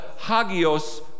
hagios